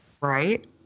Right